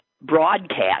broadcast